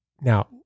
now